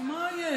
מה הפתרון.